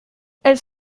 elles